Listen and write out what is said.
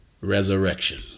resurrection